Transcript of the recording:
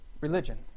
religion